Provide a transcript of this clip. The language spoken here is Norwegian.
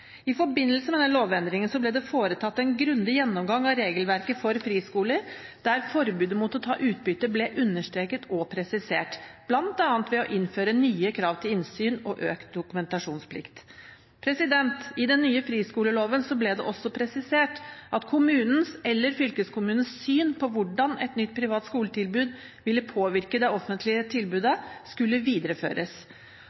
I forbindelse med denne lovendringen ble det foretatt en grundig gjennomgang av regelverket for friskoler, der forbudet mot å ta ut utbytte ble understreket og presisert, bl.a. ved å innføre nye krav til innsyn og økt dokumentasjonsplikt. I den nye friskoleloven ble det også presisert at kommunens eller fylkeskommunens syn på hvordan et nytt privat skoletilbud ville påvirke det offentlige tilbudet,